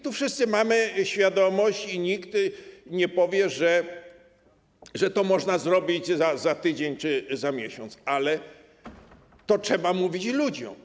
Tu wszyscy mamy tego świadomość i nikt nie powie, że to można zrobić za tydzień czy za miesiąc, ale to trzeba mówić ludziom.